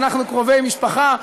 שאנחנו קרובי משפחה,